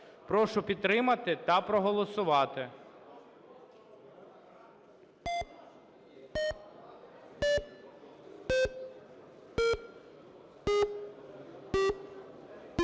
Прошу підтримати та проголосувати.